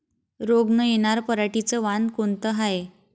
रोग न येनार पराटीचं वान कोनतं हाये?